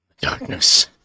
Darkness